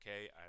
okay